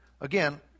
Again